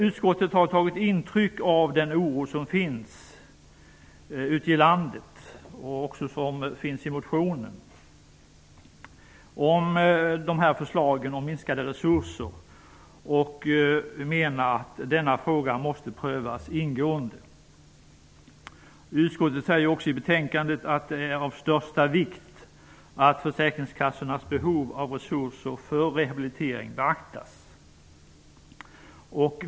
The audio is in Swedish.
Utskottet har tagit intryck av den oro som finns ute i landet och som uttrycks i motionen beträffande frågan om minskade resurser och menar att denna fråga måste prövas ingående. Utskottet säger i betänkandet ''att det är av största vikt att försäkringskassornas behov av resurser för rehabilitering beaktas.